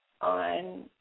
on